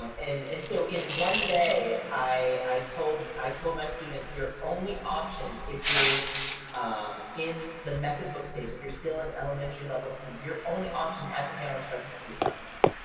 and and so in one day, i told i told my students, your only option if you're um in the method book stage, if you're still an elementary level student, you're only option at the piano express is group lessons.